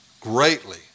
greatly